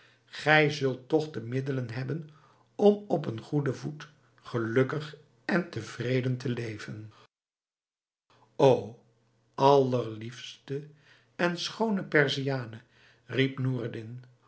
gij zult toch de middelen hebben om op een goeden voet gelukkig en tevreden te leven o allerliefste en schoone perziane riep